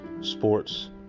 sports